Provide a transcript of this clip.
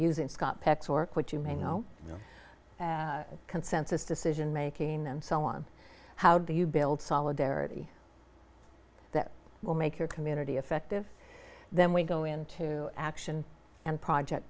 using scott peck zork what you may know consensus decision making them so on how do you build solidarity that will make your community effective then we go into action and project